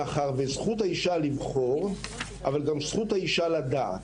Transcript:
מאחר וזכות האישה לבחור אבל גם זכות האישה לדעת.